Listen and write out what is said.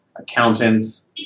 accountants